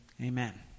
amen